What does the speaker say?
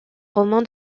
roman